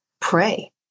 pray